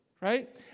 Right